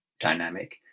dynamic